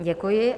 Děkuji.